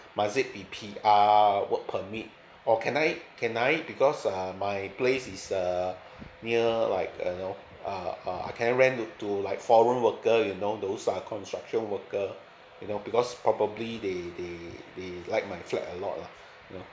must it be P_R work permit or can I can I because uh my place is err near like you know uh can I rent it to to like foreign worker you know those are construction worker you know because probably they they they like my flat a lot lah you know